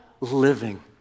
living